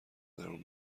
درون